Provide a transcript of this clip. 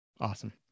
Awesome